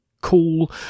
cool